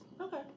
Okay